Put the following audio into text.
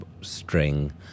string